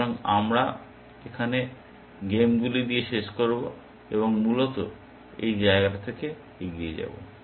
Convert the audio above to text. সুতরাং আমরা এখানে গেমগুলি দিয়ে শেষ করব এবং মূলত এই জায়গা থেকে এগিয়ে যাব